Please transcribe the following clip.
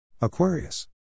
Aquarius